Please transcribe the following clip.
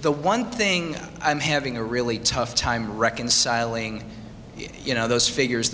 the one thing i'm having a really tough time reconciling you know those figures